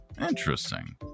Interesting